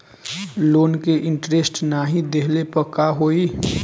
Loan के interest नाही देहले पर का होई?